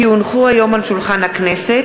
כי הונחו היום על שולחן הכנסת,